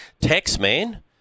Taxman